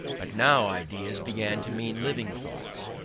but now ideas began to mean living thoughts,